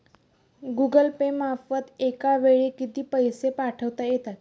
Google Pay मार्फत एका वेळी किती पैसे पाठवता येतात?